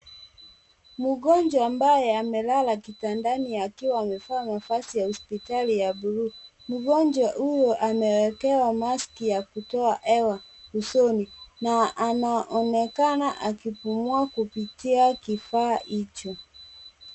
Mgonjwa ambaye amelala kitandani akiwa amevaa mavazi ya hospitali ya blue .Mgonjwa huu amewekewa maski ya kutoa hewa usoni na anaonekana akipumua kupitia kifaa hicho.